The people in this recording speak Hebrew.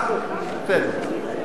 מה זה, לאתיופים אסור להתבטא?